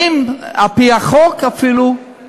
האם, על-פי החוק אפילו?